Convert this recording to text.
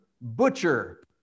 butcher